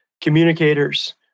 communicators